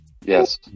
Yes